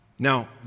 Now